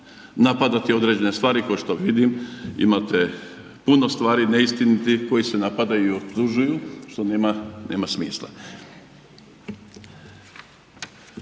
napadati određene stvari ko što vidim. Imate puno stvari neistinitih koji se napadaju i optužuju što nema smisla.